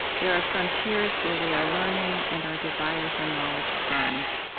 there are frontiers where we are learning and our desire for knowledge burns.